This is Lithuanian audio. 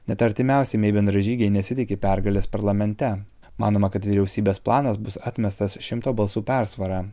net artimiausi mei bendražygiai nesitiki pergalės parlamente manoma kad vyriausybės planas bus atmestas šimto balsų persvara